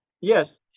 Yes